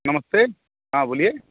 नमस्ते हाँ बोलिए